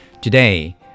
Today